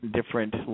different